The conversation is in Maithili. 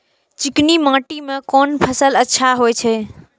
चिकनी माटी में कोन फसल अच्छा होय छे?